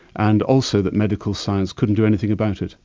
and also that medical science couldn't do anything about it.